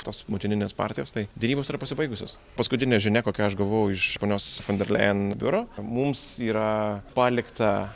tos motininės partijos tai derybos yra pasibaigusios paskutinė žinia kokią aš gavau iš ponios fonderleijen biuro mums yra palikta